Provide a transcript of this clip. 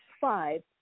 five